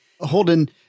Holden